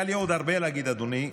היה לי עוד הרבה להגיד, אדוני.